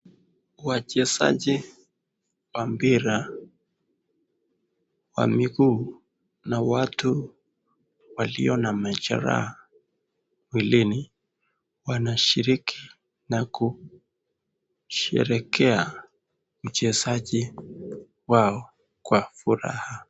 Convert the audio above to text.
Wachezaji wa mpira wa miguu na watu waliyo na majeraha mwilini wanashiriki na kusherekea mchezaji wao kwa furaha.